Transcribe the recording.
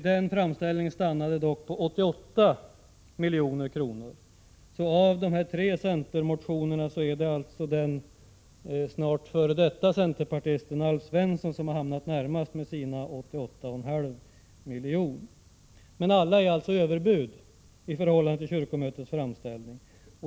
Den framställningen stannade dock vid 88 milj.kr. Av de tre centermotionerna är det motionen från den snart f. d. centerpartisten Alf Svensson som hamnat närmast med sitt krav på 88,5 milj.kr. Men alla yrkandena är alltså överbud i förhållande till kyrkomötets framställning.